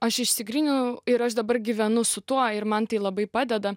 aš išsigryninau ir aš dabar gyvenu su tuo ir man tai labai padeda